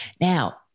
Now